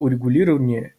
урегулирования